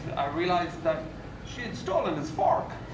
i realized that she had stolen his fork